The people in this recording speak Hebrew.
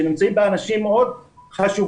שנמצאים בה אנשים מאוד חשובים,